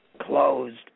closed